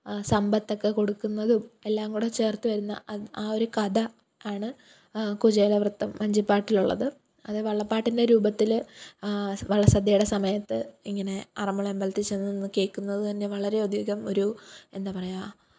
സമ്പത്തൊക്കെ കൊടുക്കുന്നതും എല്ലാം കൂടെ ചേര്ത്ത് വരുന്ന അത് ആ ഒരു കഥ ആണ് കുചേലവൃത്തം വഞ്ചിപ്പാട്ടിലുള്ളത് അത് വള്ളപ്പാട്ടിന്റെ രൂപത്തിൽ വള്ളസദ്യയുടെ സമയത്ത് ഇങ്ങനെ ആറന്മുള അമ്പലത്തിൽച്ചെന്ന് നിന്ന് കേൾക്കുന്നത് തന്നെ വളരേയധികം ഒരു എന്താ പറയുക